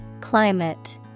Climate